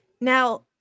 Now